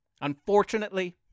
Unfortunately